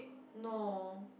no